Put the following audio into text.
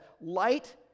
light